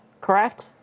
correct